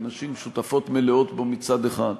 ונשים שותפות מלאות בו מצד אחד,